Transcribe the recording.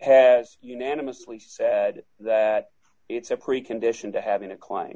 has unanimously said that it's a precondition to having a